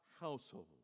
household